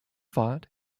fought